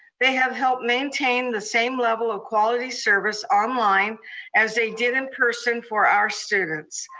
they have helped maintain the same level of quality service online as they did in person for our students.